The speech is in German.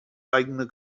eigene